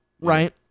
right